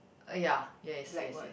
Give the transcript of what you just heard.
uh ya yes yes yes